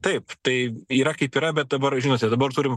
taip tai yra kaip yra bet dabar žinote dabar turim